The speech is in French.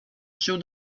joue